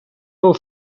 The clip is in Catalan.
del